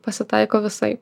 pasitaiko visaip